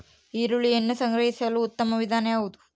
ಈರುಳ್ಳಿಯನ್ನು ಸಂಗ್ರಹಿಸಲು ಉತ್ತಮ ವಿಧಾನ ಯಾವುದು?